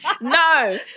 No